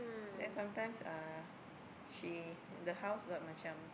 then sometimes uh she the house got macam